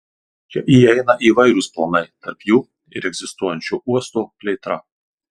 čia įeina įvairūs planai tarp jų ir egzistuojančio uosto plėtra